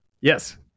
yes